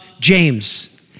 James